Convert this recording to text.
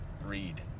read